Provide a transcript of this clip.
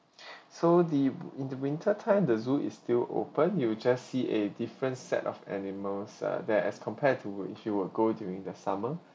so the in the winter time the zoo is still open you'll just see a different set of animals uh there as compare to if you were go during the summer